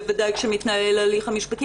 בוודאי כשמתנהל ההליך המשפטי,